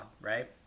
right